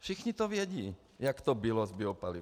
Všichni to vědí, jak to bylo s biopalivem.